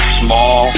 small